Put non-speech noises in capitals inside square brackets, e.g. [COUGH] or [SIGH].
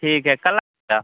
ठीक है कल [UNINTELLIGIBLE] गा